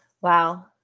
Wow